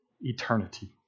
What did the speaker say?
eternity